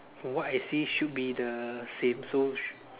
from what I see should be the same so sh~